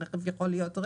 הרכב יכול להיות ריק.